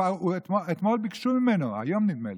אתמול ביקשו ממנו, או, נדמה לי,